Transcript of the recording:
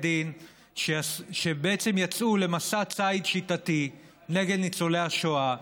דין שבעצם יצאו למסע ציד שיטתי נגד ניצולי השואה,